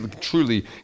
truly